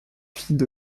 fille